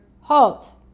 halt